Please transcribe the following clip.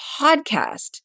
podcast